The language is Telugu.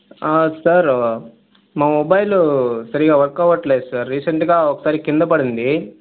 సార్ నా మొబైల్ సరిగ్గా వర్క్ అవటం లేదు సార్ రీసెంట్గా ఒకసారి కింద పడింది